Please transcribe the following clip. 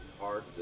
hard